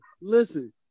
listen